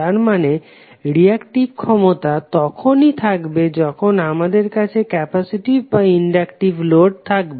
তারমানে রিঅ্যাক্টিভ ক্ষমতা তখনই থাকবে যখন আমাদের কাছে ক্যাপাসিটিভ বা ইনডাক্টিভ লোড থাকবে